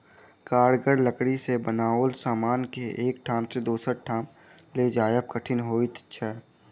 कड़गर लकड़ी सॅ बनाओल समान के एक ठाम सॅ दोसर ठाम ल जायब कठिन होइत छै